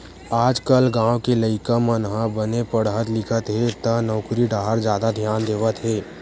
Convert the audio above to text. आजकाल गाँव के लइका मन ह बने पड़हत लिखत हे त नउकरी डाहर जादा धियान देवत हवय